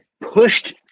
pushed